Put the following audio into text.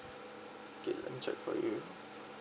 okay let me check for you